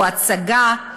או הצגה,